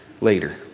later